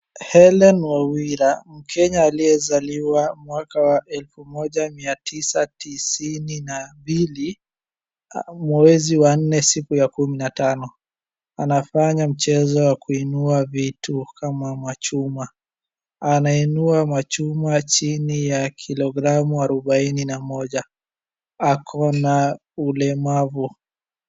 Hellen Wawira, mkenya aliyezaliwa mwaka wa elfu moja mia tisa tisini na mbili, mwezi wa nne siku ya kumi na tano, anafanya mchezo wa kuinua vitu kama machuma, anainua machuma chini ya kilogramu arubaini na moja. Ako na ulemavu.